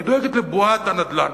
היא דואגת לבועת הנדל"ן,